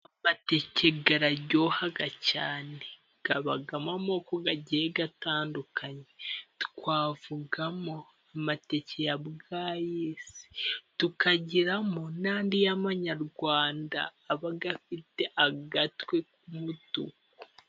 Amateke araryoha cyane, abamo amoko agiye gatandukanye, twavugamo amateke ya bwayisi, tukagiramo n'andi y'amanyarwanda, aba afite agatwe k'umutuku.